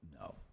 No